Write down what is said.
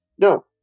no